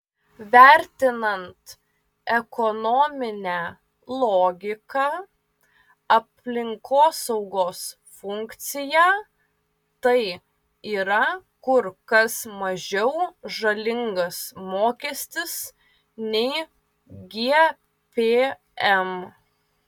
vertinant ekonominę logiką aplinkosaugos funkciją tai yra kur kas mažiau žalingas mokestis nei gpm